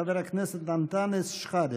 חבר הכנסת אנטאנס שחאדה.